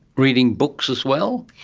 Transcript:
reading books as well?